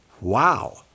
Wow